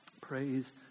Praise